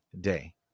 day